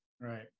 Right